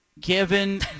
given